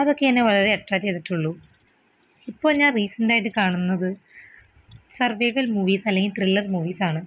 അതൊക്കെ എന്നെ വളരെ അട്രാക്ട് ചെയ്തിട്ടുള്ളു ഇപ്പോൾ ഞാൻ റീസെൻടായിട്ട് കാണുന്നത് സർവൈവൽ മൂവീസ് അല്ലെങ്കിൽ ത്രില്ലർ മൂവീസ്സാണ്